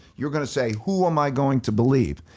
you're gonna say who am i going to believe?